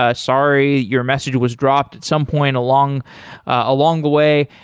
ah sorry your message was dropped at some point along along the way.